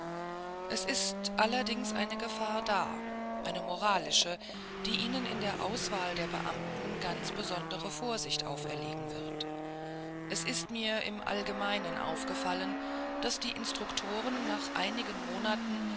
es ist allerdings eine gefahr da eine moralische die ihnen in der auswahl der beamten ganz besondere vorsicht auferlegen wird es ist mir im allgemeinen aufgefallen daß die instruktoren nach einigen monaten